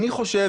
אני חושב,